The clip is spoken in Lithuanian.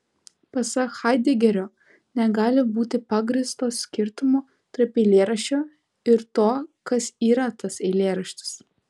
pasak haidegerio negali būti pagrįsto skirtumo tarp eilėraščio ir to kas yra tas eilėraštis